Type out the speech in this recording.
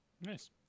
nice